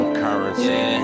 currency